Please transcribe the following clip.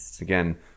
again